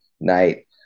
night